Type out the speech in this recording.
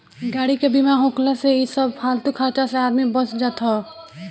गाड़ी के बीमा होखला से इ सब फालतू खर्चा से आदमी बच जात हअ